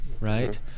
right